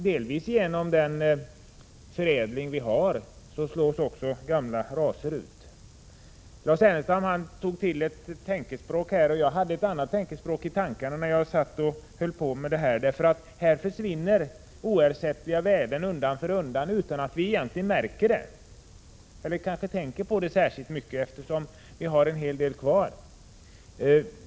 Delvis genom den förädling som äger rum slås gamla raser ut. Lars Ernestam tog till ett tänkespråk. Jag hade ett annat uttryck i tankarna, när jag funderade över hur oersättliga värden försvinner undan för undan utan att vi märker det eller tänker särskilt mycket på det, eftersom vi fortfarande har en hel del kvar.